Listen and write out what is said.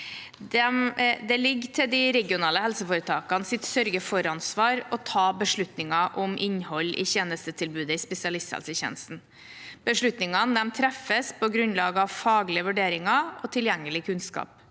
Det ligger til de regionale helseforetakenes sørgefor-ansvar å ta beslutninger om innholdet i tjenestetilbudet i spesialisthelsetjenesten. Beslutningene treffes på grunnlag av faglige vurderinger og tilgjengelig kunnskap.